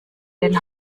den